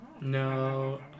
no